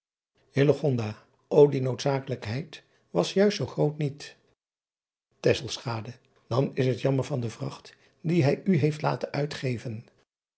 ô ie noodzakelijkheid was juist zoo groot niet an is het jammer van de vracht die hij u heeft laten uitgeven